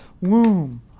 womb